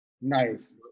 Nice